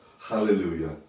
hallelujah